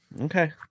Okay